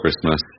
Christmas